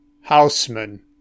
Houseman